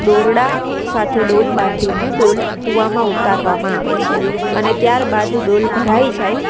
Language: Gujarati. દોરડા સાથે ડોલ બાંધીને ડોલ કૂવામાં ઉતારવામાં આવે છે અને ત્યારબાદ ડોલ ભરાઈ જાય